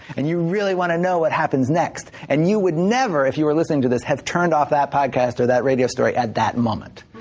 and you really want to know what happens next. and you would never, if you were listening to this, have turned off that podcast or that radio story at that moment.